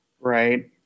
Right